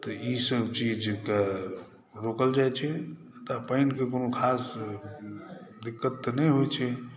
तऽ ईसभ चीज़के रोकल जाइ छै तऽ पानिके कोनो ख़ास दिक़्क़त तऽ नहि होइ छै